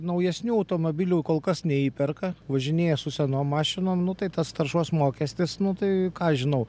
naujesnių automobilių kol kas neįperka važinėja su senom mašinom nu tai tas taršos mokestis nu tai ką aš žinau